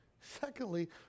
Secondly